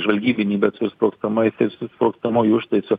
žvalgybinį bet su sprogstamaisiais su sprogstamuoju užtaisu